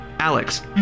Alex